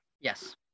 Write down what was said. Yes